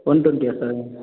one டொண்ட்டியா sir